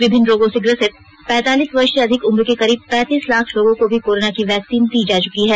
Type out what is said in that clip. विभिन्न रोगों से ग्रसित पैतालीस वर्ष से अधिक उम्र के करीब पैंतीस लाख लोगों को भी कोरोना की वैक्सीन दी जा चुकी है